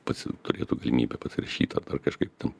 pats turėtų galimybę pasirašyt ar dar kažkaip ten